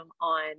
on